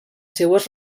seues